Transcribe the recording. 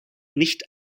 nicht